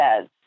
says